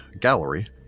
gallery